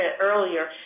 earlier